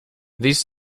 these